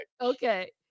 Okay